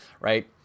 right